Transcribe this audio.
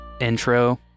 intro